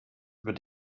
über